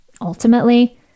Ultimately